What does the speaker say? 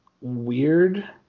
weird